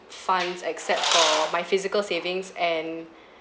funds except for my physical savings and